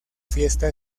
fiesta